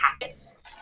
packets